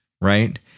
Right